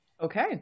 Okay